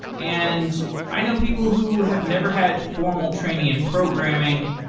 and i know people who have never had formal training in programming,